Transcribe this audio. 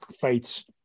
fights